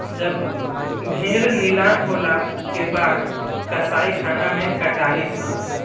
जब भेड़ नीलाम होला के बाद कसाईखाना मे कटाली सन